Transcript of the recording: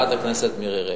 חברת הכנסת מירי רגב,